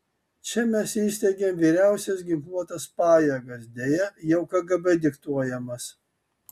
čia mes įsteigėme vyriausias ginkluotas pajėgas deja jau kgb diktuojamas